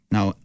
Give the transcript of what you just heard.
Now